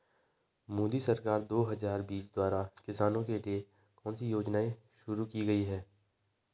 मोदी सरकार दो हज़ार बीस द्वारा किसानों के लिए कौन सी योजनाएं शुरू की गई हैं?